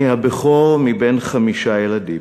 אני הבכור מבין חמישה ילדים.